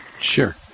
sure